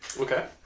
Okay